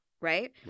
right